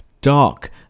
dark